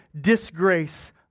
disgrace